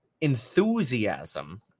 enthusiasm